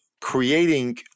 creating